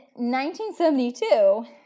1972